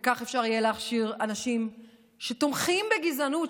וכך יהיה אפשר להכשיר אנשים שתומכים בגזענות,